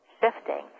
shifting